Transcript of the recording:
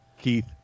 keith